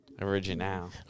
Original